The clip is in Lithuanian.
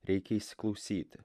reikia įsiklausyti